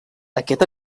aquest